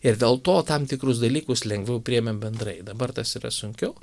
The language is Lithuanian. ir dėl to tam tikrus dalykus lengviau priėmėm bendrai dabar tas yra sunkiau